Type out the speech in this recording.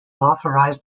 authorized